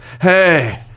Hey